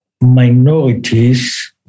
minorities